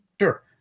Sure